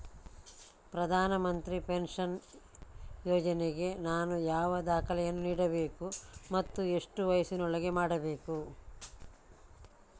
ಪ್ರಧಾನ ಮಂತ್ರಿ ಪೆನ್ಷನ್ ಯೋಜನೆಗೆ ನಾನು ಯಾವ ದಾಖಲೆಯನ್ನು ನೀಡಬೇಕು ಮತ್ತು ಎಷ್ಟು ವಯಸ್ಸಿನೊಳಗೆ ಮಾಡಬೇಕು?